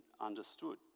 understood